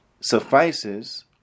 suffices